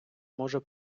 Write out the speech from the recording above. може